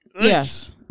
Yes